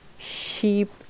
sheep